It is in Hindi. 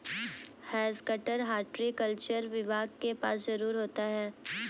हैज कटर हॉर्टिकल्चर विभाग के पास जरूर होता है